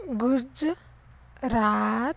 ਬੁਰਜ ਰਾਤ